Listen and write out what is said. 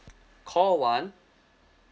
call one